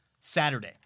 Saturday